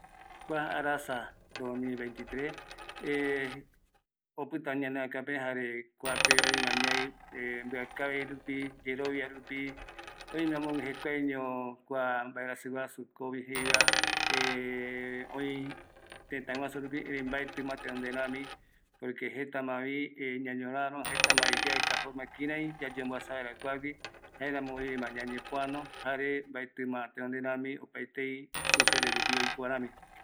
Mokoi eta mokoipa mboapɨpe yaike yara yara yae oyearoyema aretere yae kanda vare oyearoma ou yave ta arete yaesa kiraiyae oyeapo yae ouyave yaupitɨ jaema ikavi yamboaja jare ikavi oapareve ndie yamboaja